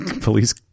Police